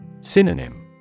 Synonym